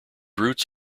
roots